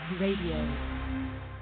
radio